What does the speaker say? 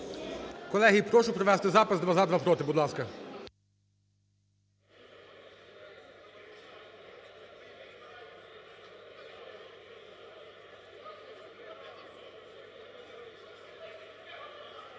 Колеги, прошу провести запис: два – за, два – проти. Будь ласка.